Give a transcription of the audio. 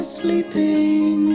sleeping